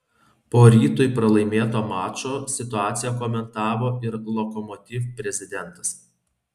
po rytui pralaimėto mačo situaciją komentavo ir lokomotiv prezidentas